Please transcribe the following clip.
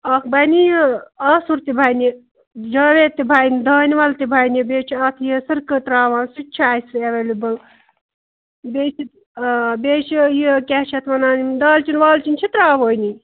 اتھ بنہِ یہِ آسُر تہِ بنہِ جاوید تہِ بنہِ دانہِ ول تہِ بنہِ بیٚیہِ چھِ اتھ یہِ سٕرکہٕ ترٛاوان سُہ تہِ چھُ اَسہِ اویلیبل بیٚیہِ چھِ بیٚیہِ چھِ یہِ کیاہ چھِ اتھ ونان دالچیٖن والچیٖن چھِ تراوٲنی